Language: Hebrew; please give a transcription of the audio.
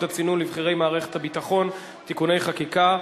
הצינון לבכירי מערכת הביטחון (תיקוני חקיקה),